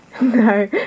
No